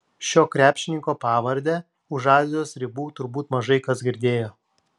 šio krepšininko pavardę už azijos ribų turbūt mažai kas girdėjo